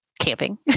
camping